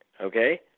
Okay